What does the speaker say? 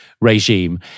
regime